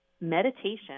meditation